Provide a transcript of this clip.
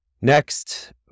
Next